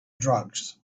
drugs